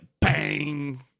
Bang